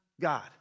God